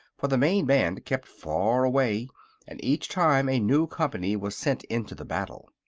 for the main band kept far away and each time a new company was sent into the battle.